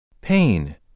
Pain